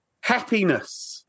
happiness